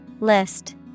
List